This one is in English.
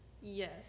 Yes